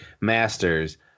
masters